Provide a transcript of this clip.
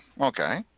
okay